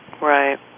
Right